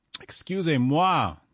Excusez-moi